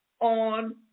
on